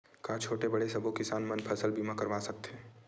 का छोटे बड़े सबो किसान फसल बीमा करवा सकथे?